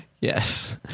Yes